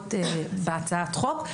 מהעבירות בהצעת חוק,